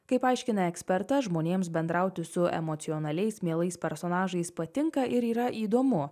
kaip aiškina ekspertas žmonėms bendrauti su emocionaliais mielais personažais patinka ir yra įdomu